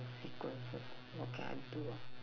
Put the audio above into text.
sequences what can I do ah